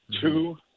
Two